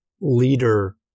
leader